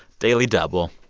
daily double.